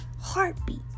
heartbeat